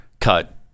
cut